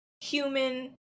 human